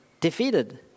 defeated